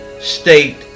state